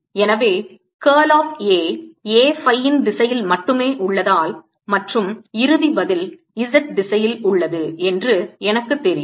எனவே curl of A A phi ன் திசையில் மட்டுமே உள்ளதால் மற்றும் இறுதி பதில் z திசையில் உள்ளது என்று எனக்கு தெரியும்